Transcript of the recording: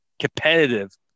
competitive